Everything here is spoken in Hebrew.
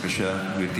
מה?